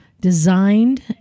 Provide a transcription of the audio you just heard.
designed